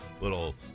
little